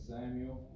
Samuel